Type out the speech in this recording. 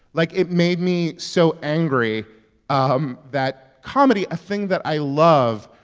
like, it made me so angry um that comedy, a thing that i love,